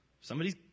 Somebody's